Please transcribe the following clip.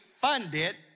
funded